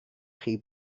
chi